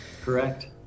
correct